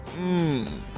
Mmm